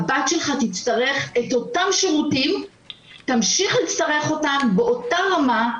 הבת שלך תמשיך להצטרך את אותם שירותים באותה רמה,